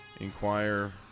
inquire